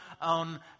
on